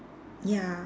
ya